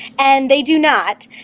and they do not.